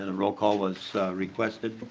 and rollcall was requested.